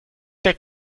der